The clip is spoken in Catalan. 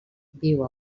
viu